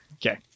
Okay